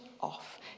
off